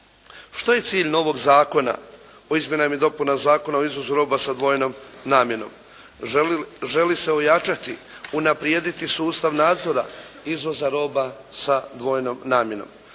Što je cilj novog zakona o izmjenama i dopunama Zakona o izvozu roba sa dvojnom namjenom? Želi se unaprijediti, ojačati sustav nadzora izvoza roba sa dvojnom namjenom.